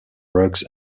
rugs